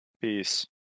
Peace